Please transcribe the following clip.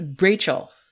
Rachel